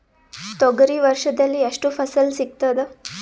ತೊಗರಿ ವರ್ಷದಲ್ಲಿ ಎಷ್ಟು ಫಸಲ ಸಿಗತದ?